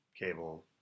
cable